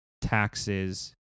taxes